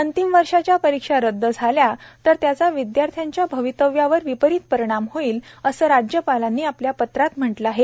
अंतिम वर्षाच्या परीक्षा रद्द झाल्या तर त्याचा विदयार्थ्यांच्या भवितव्यावर विपरीत परिणाम होईल असं राज्यपालांनी आपल्या पत्रात म्हटलं आहे